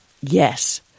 Yes